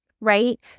right